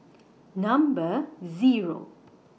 Number Zero